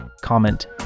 comment